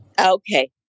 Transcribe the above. Okay